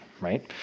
right